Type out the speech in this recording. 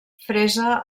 fresa